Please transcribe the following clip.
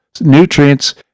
nutrients